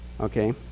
Okay